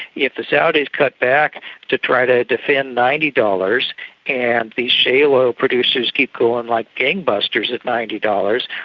if the saudis cut back to try to defend ninety dollars and these shale oil producers keep going like gangbusters at ninety dollars,